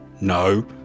No